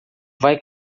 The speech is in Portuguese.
vai